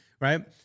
Right